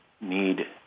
need